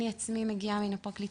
אני עצמי מגיעה מן הפרקליטות.